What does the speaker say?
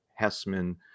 Hessman